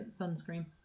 Sunscreen